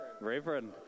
Reverend